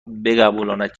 بقبولاند